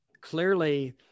clearly